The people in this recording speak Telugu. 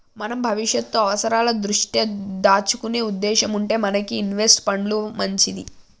మనం భవిష్యత్తు అవసరాల దృష్ట్యా దాచుకునే ఉద్దేశం ఉంటే మనకి ఇన్వెస్ట్ పండ్లు మంచిది